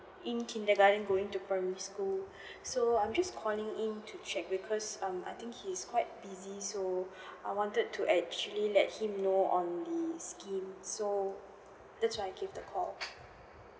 in kindergarten going to primary school so I'm just calling in to check because um I think he's quite busy so I wanted to actually let him know on the schemes so